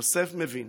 שיוסף מבין